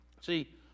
see